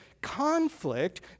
Conflict